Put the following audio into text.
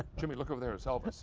jimmy, look over there.